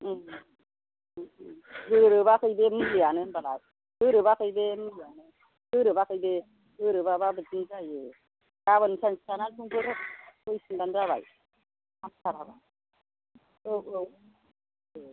गोरोबाखै बे मुलियानो होनबालाय गोरोबाखै बे मुलियानो गोरोबाखै बे गोरोबाब्ला बिदिनो जायो गाबोन सानसे थानानै समफोर फैफिनबानो जाबाय फासथा जाबा औ औ ए